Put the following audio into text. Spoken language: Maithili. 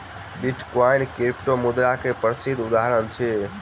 बिटकॉइन क्रिप्टोमुद्रा के प्रसिद्ध उदहारण अछि